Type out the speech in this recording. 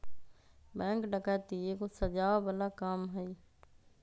bank डकैती एगो सजाओ बला काम हई